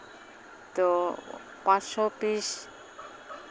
ᱛᱳ ᱯᱟᱸᱥᱥᱳ ᱯᱤᱥ